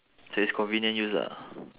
so it's convenience use ah